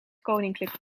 koninklijk